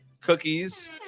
cookies